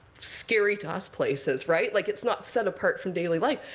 scary-to-us places, right? like it's not set apart from daily life.